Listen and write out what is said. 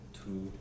two